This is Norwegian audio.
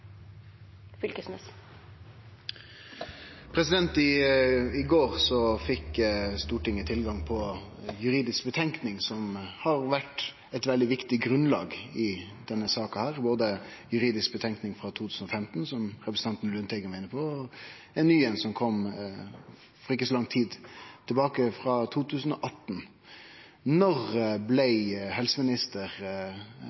i møtet, svare på. I går fekk Stortinget tilgang på juridiske betenkningar som har vore eit veldig viktig grunnlag i denne saka – både ei juridisk betenkning frå 2015, som representanten Lundteigen var inne på, og ei ny, som kom for ikkje så lang tid tilbake, frå 2018. Når blei